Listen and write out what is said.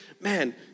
Man